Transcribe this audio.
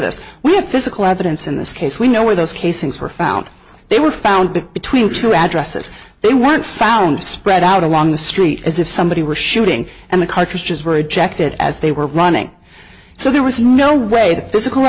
this we have physical evidence in this case we know where those casings were found they were found between two addresses they weren't found spread out along the street as if somebody was shooting and the cartridges were ejected as they were running so there was no way the physical